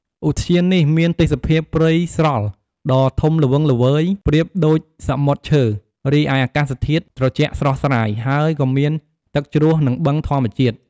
ឧទ្យាននេះមានទេសភាពព្រៃស្រល់ដ៏ធំល្វឹងល្វើយប្រៀបដូចសមុទ្រឈើ រីឯអាកាសធាតុត្រជាក់ស្រស់ស្រាយ ហើយក៏មានទឹកជ្រោះ និងបឹងធម្មជាតិ។